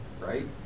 Right